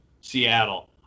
Seattle